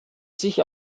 sich